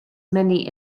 many